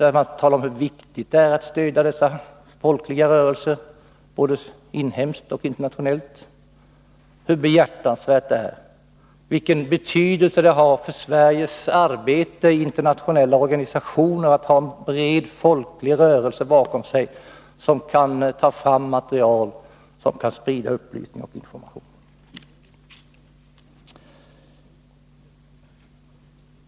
Där talas det ju om hur behjärtansvärt det är att stödja dessa folkliga rörelser, både här hemma och utomlands, och vilken betydelse det har för Sveriges arbete i internationella organisationer att ha en bred folklig rörelse bakom sig som kan ta fram material och som sprider upplysning och information.